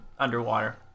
Underwater